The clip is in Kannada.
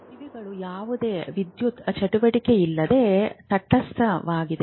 ಕಿವಿಗಳು ಯಾವುದೇ ವಿದ್ಯುತ್ ಚಟುವಟಿಕೆಯಿಲ್ಲದೆ ತಟಸ್ಥವಾಗಿವೆ